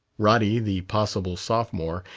roddy, the possible sophomore,